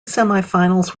semifinals